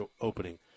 opening